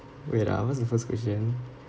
wait ah what's the first question